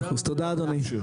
100% תודה אדוני.